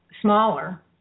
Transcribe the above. smaller